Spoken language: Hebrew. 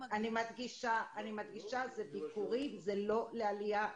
אני מדגישה, זה ביקורים, זה לא לעלייה.